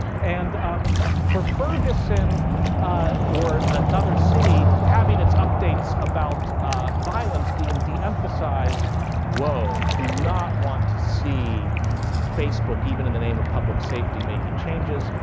and um for ferguson or another city having its updates about violence being demphisized whoa. do not want to see facebook, even in the name of public safety, making changes.